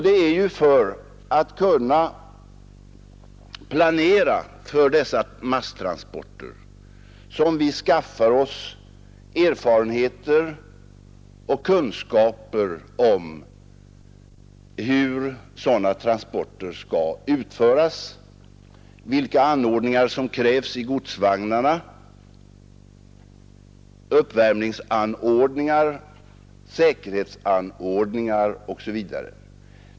Det är för att kunna planera för dessa masstransporter som vi vill skaffa oss erfarenheter och kunskaper om hur sådana transporter skall utföras och vilka anordningar som krävs i godsvagnarna — uppvärmningsanordningar, säkerhetsanordningar osv.